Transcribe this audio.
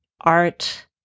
art